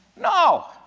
No